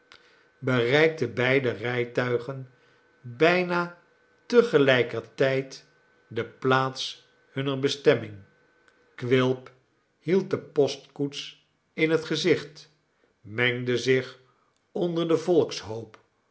bereikten beide rijtuigen bijna te gelijker tijd de plaats hunner bestemming quilp hield de postkoets in het gezicht mengde zich onder den